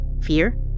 Fear